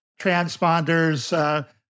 transponders